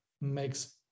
makes